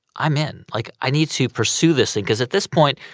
i'm in? like, i need to pursue this thing? because at this point,